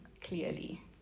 clearly